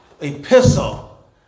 epistle